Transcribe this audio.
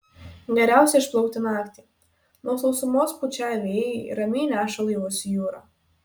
geriausia išplaukti naktį nuo sausumos pučią vėjai ramiai neša laivus į jūrą